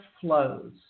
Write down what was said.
flows